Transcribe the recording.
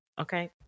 okay